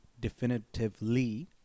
definitively